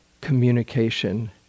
communication